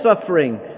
suffering